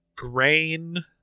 Grain